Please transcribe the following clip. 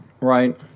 right